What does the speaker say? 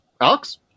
Alex